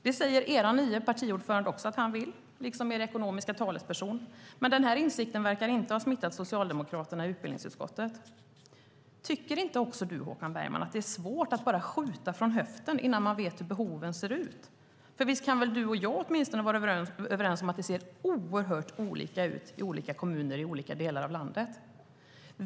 Det säger också er nye partiordförande att han vill liksom er ekonomiska talesperson. Men denna insikt verkar inte ha smittat socialdemokraterna i utbildningsutskottet. Tycker inte också du, Håkan Bergman, att det är svårt att bara skjuta från höften innan man vet hur behoven ser ut. Visst kan väl och du och jag åtminstone vara överens om att det ser oerhört olika ut i olika kommuner i olika delar av landet.